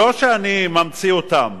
לא שאני ממציא אותם,